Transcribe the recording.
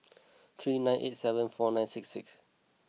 three nine eight seven four nine six six